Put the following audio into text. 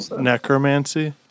Necromancy